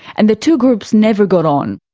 and the two groups never got on.